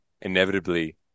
inevitably